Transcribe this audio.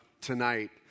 tonight